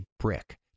brick